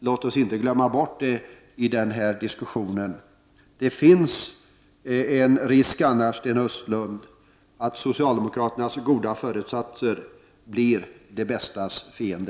Låt oss inte glömma bort det i denna diskussion. Det finns annars en risk, Sten Östlund, för att socialdemokraternas goda föresatser blir det bästas fiende.